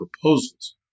proposals